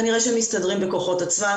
כנראה שהם מסתדרים בכוחות עצמם,